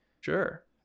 Sure